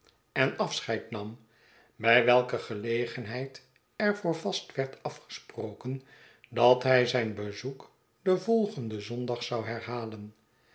en afscheid nam by welke gelegenheid er voor vast werd afgesproken dat hij zijn bezoek den volgenden zondag zou herhalen